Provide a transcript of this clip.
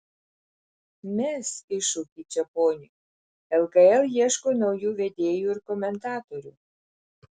mesk iššūkį čeponiui lkl ieško naujų vedėjų ir komentatorių